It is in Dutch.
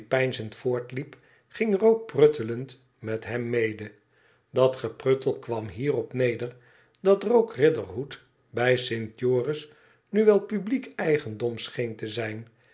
voortliep ging rogue pruttelend met hem mede dat gepruttel kwam hierop neder dat rogue riderhood bij st joris nu wel publiek eigendom scheen te zijn